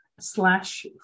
slash